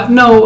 no